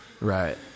right